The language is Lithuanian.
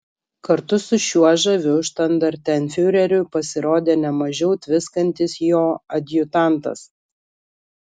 kartu su šiuo žaviu štandartenfiureriu pasirodė ne mažiau tviskantis jo adjutantas